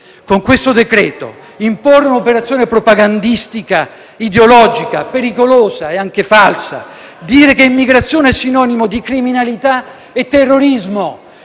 a tutti i costi imporre un'operazione propagandistica, ideologica, pericolosa e anche falsa. Si è detto che immigrazione è sinonimo di criminalità e terrorismo.